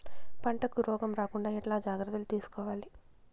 పంటకు రోగం రాకుండా ఎట్లా జాగ్రత్తలు తీసుకోవాలి?